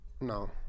No